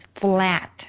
flat